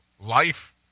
life